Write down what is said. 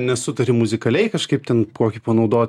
nesutari muzikaliai kažkaip ten kokį panaudot